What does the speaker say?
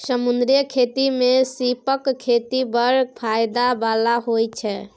समुद्री खेती मे सीपक खेती बड़ फाएदा बला होइ छै